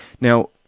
Now